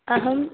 अहं